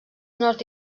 nord